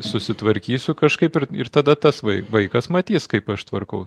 susitvarkysiu kažkaip ir ir tada tas vai vaikas matys kaip aš tvarkau